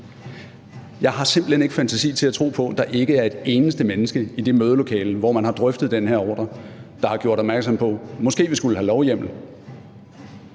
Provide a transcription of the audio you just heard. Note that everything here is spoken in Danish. Jeg har simpelt hen ikke fantasi til at tro på, at der ikke er et eneste menneske i det mødelokale, hvor man har drøftet den her ordre, der har gjort opmærksom på, at man måske skulle have lovhjemmel.